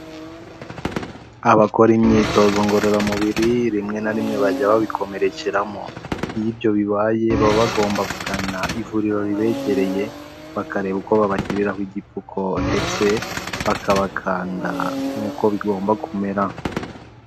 Abakora imyitozo ngororamubiri rimwe na rimwe bajya babikomerekeramo, iyo ibyo bibaye baba bagomba kugana ivuriro ribegereye bakareba uko babashyiriraho igipfuko, ndetse bakabakanda nk'uko bigomba kumera.